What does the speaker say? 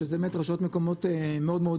שזה רשויות מאוד קטנות,